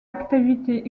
activité